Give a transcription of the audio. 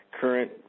Current